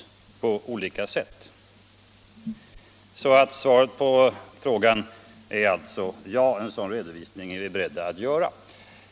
Svaret på frågan är alltså: En sådan redovisning är vi beredda att göra.